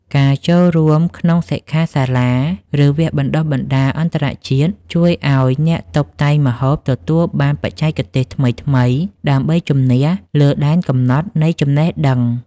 ការចូលរួមក្នុងសិក្ខាសាលា ឬវគ្គបណ្តុះបណ្តាលអន្តរជាតិជួយឱ្យអ្នកតុបតែងម្ហូបទទួលបានបច្ចេកទេសថ្មីៗដើម្បីជំនះលើដែនកំណត់នៃចំណេះដឹង។